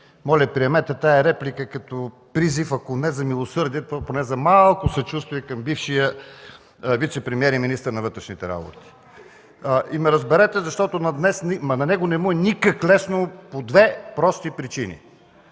моля, приемете тази реплика като призив ако не за милосърдие, то поне за малко съчувствие към бившия вицепремиер и министър на вътрешните работи. И ме разберете, защото на него не му е никак лесно по две прости причини!